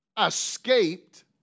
escaped